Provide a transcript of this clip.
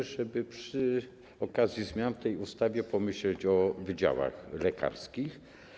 Chodzi o to, żeby przy okazji zmian w tej ustawie pomyśleć o wydziałach lekarskich.